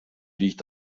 liegt